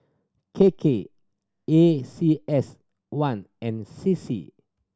K K A C S one and C C